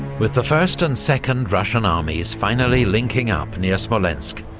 with the first and second russian armies finally linking up near smolensk,